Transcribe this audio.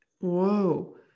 whoa